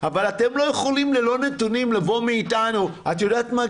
אבל אתם לא יכולים לבוא לבקש מאיתנו את יודעת מה,